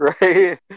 Right